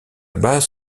base